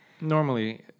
Normally